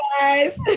guys